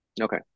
okay